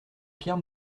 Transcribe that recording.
pierre